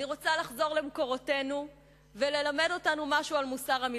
אני רוצה לחזור למקורותינו וללמד אותנו משהו על מוסר המלחמה.